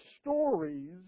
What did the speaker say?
stories